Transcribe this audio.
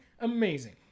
amazing